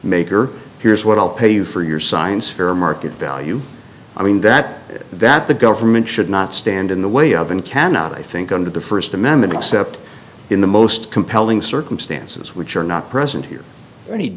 maker here's what i'll pay you for your science fair market value i mean that that the government should not stand in the way of and cannot i think under the first amendment except in the most compelling circumstances which are not present here any